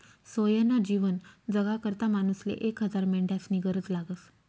सोयनं जीवन जगाकरता मानूसले एक हजार मेंढ्यास्नी गरज लागस